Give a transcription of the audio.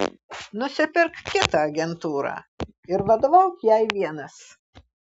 nusipirk kitą agentūrą ir vadovauk jai vienas